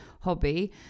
hobby